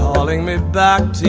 calling me back